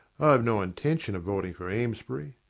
i've no intention of voting for amesbury.